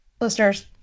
listeners